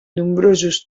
nombrosos